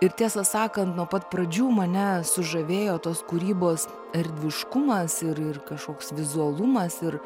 ir tiesą sakant nuo pat pradžių mane sužavėjo tos kūrybos erdviškumas ir ir kažkoks vizualumas ir